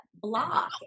block